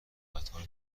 قطار